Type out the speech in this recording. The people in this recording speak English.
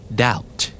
doubt